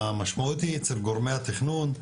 המשמעות היא אצל גורמי התכנון,